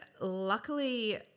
luckily